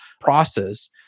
process